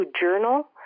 journal